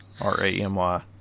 R-A-M-Y